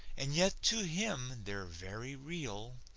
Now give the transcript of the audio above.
and yet to him they're very real.